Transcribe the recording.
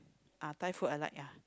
ah Thai food I like ya